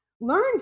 learn